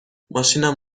ماشینم